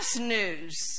news